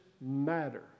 matter